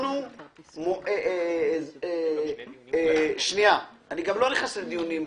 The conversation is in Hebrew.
אני גם לא נכנס לדיונים כלליים.